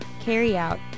carry-out